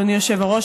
אדוני היושב-ראש,